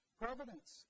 providence